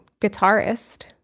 guitarist